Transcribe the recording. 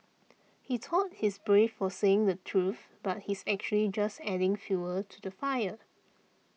he thought he's brave for saying the truth but he's actually just adding fuel to the fire